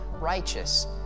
righteous